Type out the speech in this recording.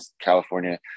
California